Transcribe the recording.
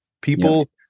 People